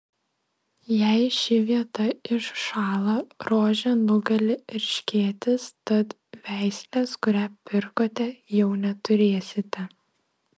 jei ši vieta iššąla rožę nugali erškėtis tad veislės kurią pirkote jau neturėsite